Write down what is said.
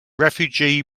refugee